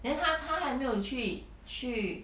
then 她她还没有去去